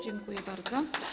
Dziękuję bardzo.